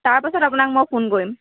তাৰ পিছত আপোনাক মই ফোন কৰিম